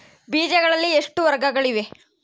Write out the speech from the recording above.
ಬೇಜಗಳಲ್ಲಿ ಎಷ್ಟು ವರ್ಗಗಳಿವೆ?